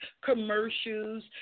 commercials